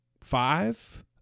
five